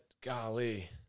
Golly